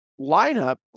lineup